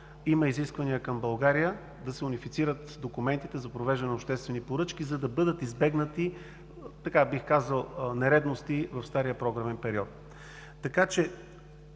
има изисквания към България – да се унифицират документите за провеждането на обществени поръчки, за да бъдат избегнати нередности в стария програмен период. Очаквам